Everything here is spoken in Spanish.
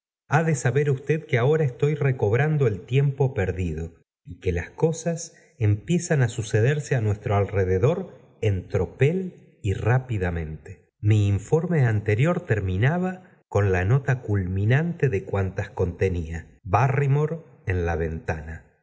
ha de saber usted que ahora estoy recobrando í lempo perdido y que las cosas empiezan á suce m peí mi rmnf í m antonor terminaba con la nota culventana í zhtf contenía barrymore en la ventana